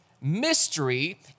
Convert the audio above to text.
mystery